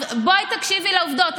בואי תקשיבי לעובדות,